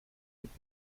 would